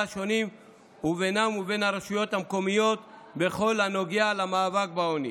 השונים ובינם ובין הרשויות המקומיות בכל הנוגע למאבק בעוני.